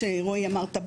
כמו שרועי אמרת,